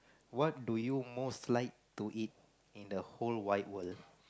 what do you most like to eat in the whole wide world